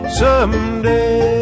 someday